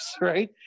right